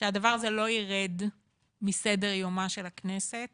שהדבר הזה לא יירד מסדר יומה של הכנסת